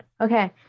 Okay